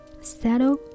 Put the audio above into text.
Settle